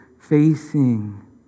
facing